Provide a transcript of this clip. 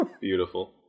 Beautiful